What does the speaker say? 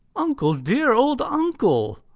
uncle, dear old uncle.